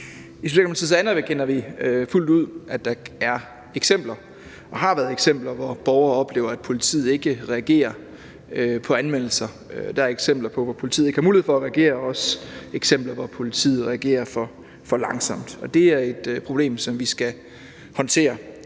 I Socialdemokratiet anerkender vi fuldt ud, at der er eksempler og har været eksempler, hvor borgere oplever, at politiet ikke reagerer på anmeldelser. Der er eksempler, hvor politiet ikke har mulighed for at reagere, og også eksempler, hvor politiet reagerer for langsomt, og det er et problem, som vi skal håndtere.